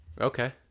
Okay